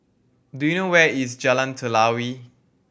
do you know where is Jalan Telawi